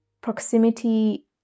proximity